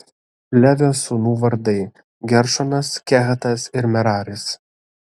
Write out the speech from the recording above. levio sūnų vardai geršonas kehatas ir meraris